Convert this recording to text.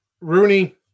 Rooney